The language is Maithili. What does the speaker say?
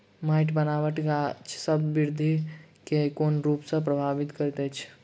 माइटक बनाबट गाछसबक बिरधि केँ कोन रूप सँ परभाबित करइत अछि?